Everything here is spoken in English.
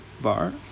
bar